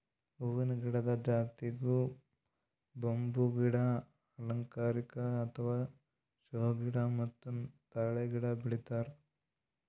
ಹೂವಿನ ಗಿಡದ್ ಜೊತಿಗ್ ಬಂಬೂ ಗಿಡ, ಅಲಂಕಾರಿಕ್ ಅಥವಾ ಷೋ ಗಿಡ ಮತ್ತ್ ತಾಳೆ ಗಿಡ ಬೆಳಿತಾರ್